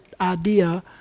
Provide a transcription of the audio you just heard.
idea